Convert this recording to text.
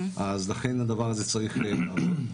לכן, הדבר הזה צריך להיפתר.